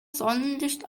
sonnenlicht